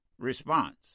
response